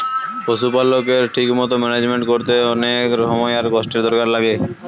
পশুপালকের ঠিক মতো ম্যানেজমেন্ট কোরতে অনেক সময় আর কষ্টের দরকার লাগে